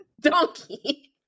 donkey